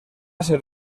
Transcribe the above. ser